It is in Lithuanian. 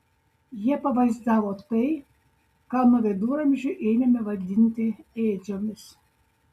jie pavaizdavo tai ką nuo viduramžių ėmėme vadinti ėdžiomis